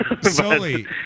Sully